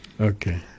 Okay